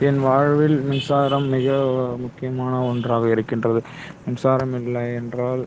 என் வாழ்வில் மின்சாரம் மிக முக்கியமான ஒன்றாக இருக்கின்றது மின்சாரம் இல்லை என்றால்